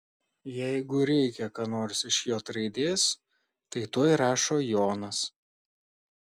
jeigu reikia ką nors iš j raidės tai tuoj rašo jonas